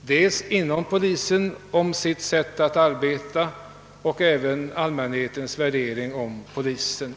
både av polisens egen syn på sitt arbete och av allmänhetens syn på polisen.